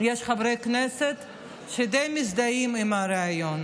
יש חברי כנסת שדי מזדהים עם הרעיון.